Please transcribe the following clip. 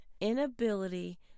inability